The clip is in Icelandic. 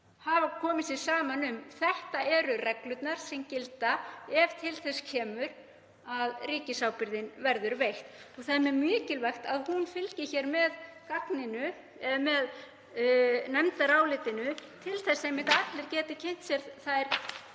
hafa komið sér saman um, þ.e. reglurnar sem gilda ef til þess kemur að ríkisábyrgðin verður veitt. Það er mjög mikilvægt að það fylgi hér með nefndarálitinu til þess einmitt að allir geti kynnt sér þær